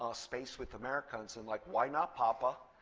ah space with americans. and like, why not papa?